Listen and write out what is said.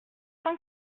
cent